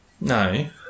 No